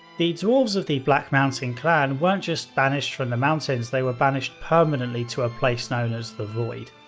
the dwarves of the black mountain clan weren't just banished from the mountains, they were banished permanently to a place known as the void.